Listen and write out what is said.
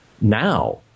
now